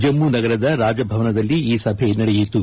ಜಮ್ನು ನಗರದ ರಾಜಭವನದಲ್ಲಿ ಈ ಸಭೆ ನಡೆಯಿತು